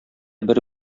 бер